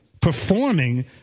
performing